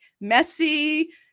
messy